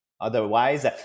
Otherwise